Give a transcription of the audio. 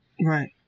Right